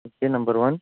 fifteen number one